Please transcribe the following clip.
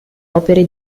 opere